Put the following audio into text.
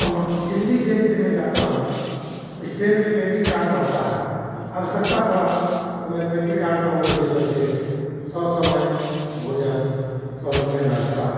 और जिस भी ट्रेन से मैं जाता हूँ उस ट्रेन में पैन्ट्री कार रहती है आवश्यकता पड़ी तो मैं पैन्ट्री कार में ऑर्डर दे करके ससमय भोजन ससमय नाश्ता